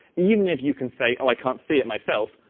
even if you can say i can't see it myself,